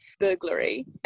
burglary